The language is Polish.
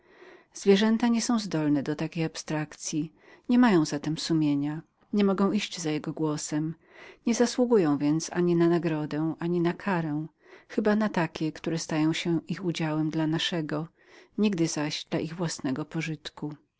zwierzęta nie są w stanie podnieść się do podobnego oderwania nie mają zatem świadomości nie mogą iść za jej popędem nie zasługują więc ani na nagrodę ani na karę chyba na takie które im zadajemy dla naszego nigdy zaś dla ich własnego pożytku